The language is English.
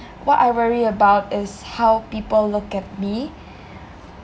what I worry about is how people look at me